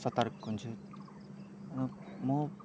सतर्क हुन्छु र म